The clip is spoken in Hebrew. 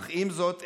אך עם זאת,